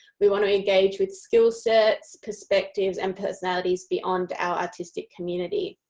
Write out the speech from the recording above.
we want to engage with skill sets, perspectives and personalities beyond our artistic community.